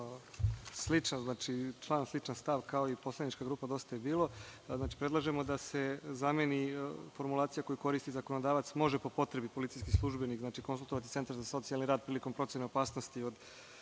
sličan član, stav kao i poslaničke grupa DJB. Znači, predlažemo da se zameni formulacija koju koristi zakonodavac, može po potrebi policijski službenik. Znači, konsultovati centar za socijalni rad prilikom procene opasnosti